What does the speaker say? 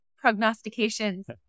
prognostications